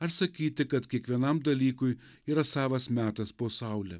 ar sakyti kad kiekvienam dalykui yra savas metas po saule